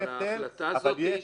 אבל יש הבדל,